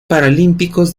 paralímpicos